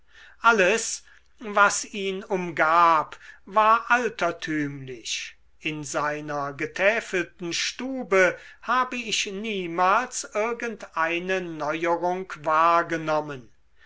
alles was ihn umgab war altertümlich in seiner getäfelten stube habe ich niemals irgend eine neuerung wahrgenommen